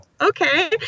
okay